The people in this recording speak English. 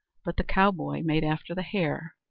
but the cowboy made after the hare,